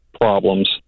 problems